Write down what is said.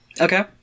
Okay